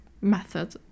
method